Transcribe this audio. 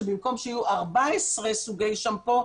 במקום שיהיו 14 סוגי שמפו,